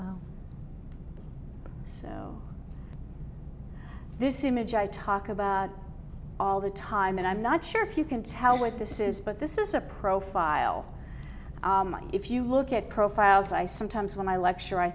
so this image i talk about all the time and i'm not sure if you can tell what this is but this is a profile if you look at profiles i sometimes when i lecture i